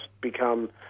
become